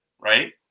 right